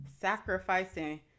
sacrificing